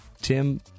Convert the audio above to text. Tim